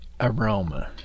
aroma